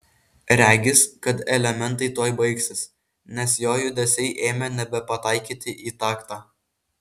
regis kad elementai tuoj baigsis nes jo judesiai ėmė nebepataikyti į taktą